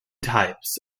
types